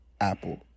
Apple